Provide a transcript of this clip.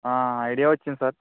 idea వచ్చింది sir